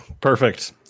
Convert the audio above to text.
perfect